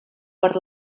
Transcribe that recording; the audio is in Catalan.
per